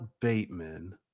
Bateman